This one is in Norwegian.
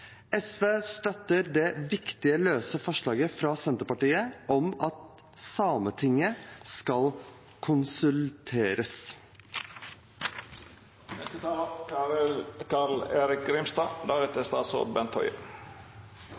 SV støtter det viktige forslaget fra Senterpartiet om at Sametinget skal